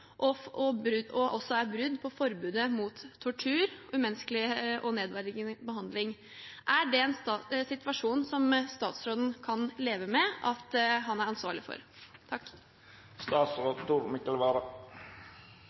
og også er brudd på forbudet mot tortur og umenneskelig og nedverdigende behandling. Er det en situasjon som statsråden kan leve med at han er ansvarlig for?